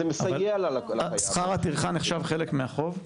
זה מסייע --- שכר הטרחה נחשב חלק מהחוב?